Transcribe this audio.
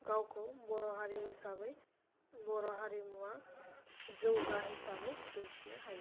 गावखौ बर' हारि हिसाबै बर' हारिमुआ जौगा हिसाबै दिन्थिनो हायो